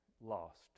lost